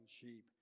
sheep